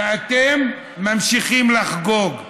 ואתם ממשיכים לחגוג.